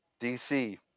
DC